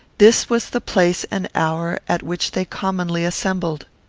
this was the place and hour at which they commonly assembled.